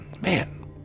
man